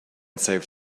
save